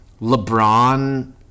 LeBron